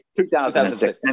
2006